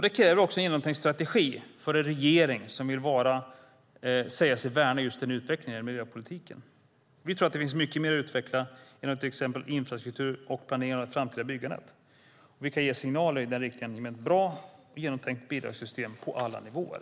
Det kräver också en genomtänkt strategi för en regering som säger sig värna just den utvecklingen inom miljöpolitiken. Vi tror att det finns mycket mer att utveckla inom till exempel infrastruktur och planering av det framtida byggandet. Vi kan ge signaler i den riktningen genom ett bra, genomtänkt bidragssystem på alla nivåer.